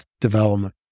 development